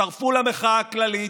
הצטרפו למחאה הכללית,